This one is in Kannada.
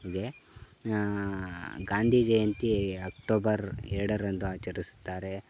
ಇದೆ ಗಾಂಧೀ ಜಯಂತಿ ಅಕ್ಟೋಬರ್ ಎರಡರಂದು ಆಚರಿಸ್ತಾರೆ